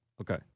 Okay